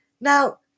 Now